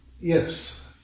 Yes